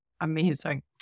Amazing